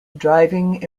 driving